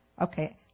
Okay